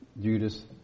Judas